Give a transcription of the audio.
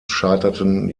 scheiterten